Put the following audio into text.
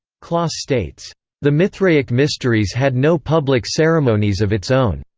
clauss states the mithraic mysteries had no public ceremonies of its own.